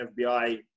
FBI